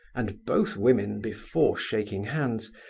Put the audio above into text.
and both women, before shaking hands,